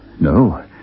No